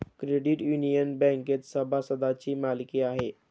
credit union बँकेत सभासदांची मालकी आहे